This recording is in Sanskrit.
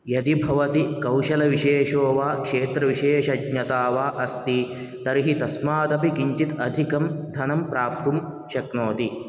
यदि भवती कौशलविशेषो वा क्षेत्रविशेषज्ञा वा अस्ति तर्हि तस्मादपि किञ्चित् अधिकं धनं प्राप्तुं शक्नोति